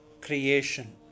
creation